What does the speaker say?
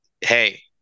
hey